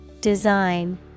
Design